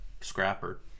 scrapper